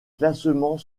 classements